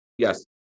Yes